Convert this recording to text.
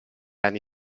anni